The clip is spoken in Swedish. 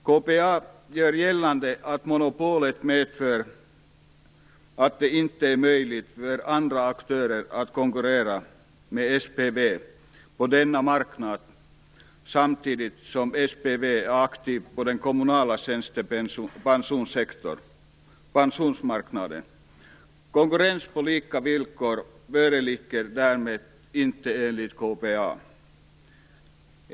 KPA gör gällande att monopolet medför att det inte är möjligt för andra aktörer att konkurrera med SPV på denna marknad samtidigt som SPV är aktivt på den kommunala tjänstepensionsmarknaden. Konkurrens på lika villkor föreligger därmed inte enligt KPA.